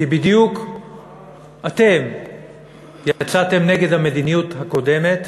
כי בדיוק אתם יצאתם נגד המדיניות הקודמת,